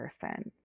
person